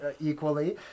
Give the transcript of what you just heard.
equally